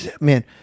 man